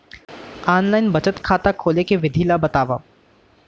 Online बचत खाता खोले के विधि ला बतावव?